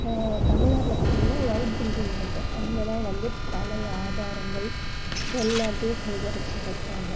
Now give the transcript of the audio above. தமிழ்நாட்டுல பார்த்தீங்கன்னா white building இருக்குது அங்கே தான் வந்து பழைய ஆதாரங்கள் எல்லாத்தையும் சேகரித்து வைப்பாங்க